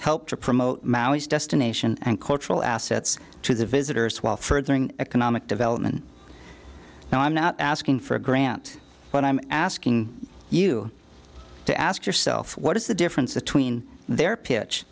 help to promote its destination and cultural assets to the visitors while furthering economic development now i'm not asking for a grant but i'm asking you to ask yourself what is the difference between their pitch